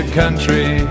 country